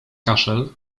kaszel